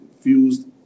fused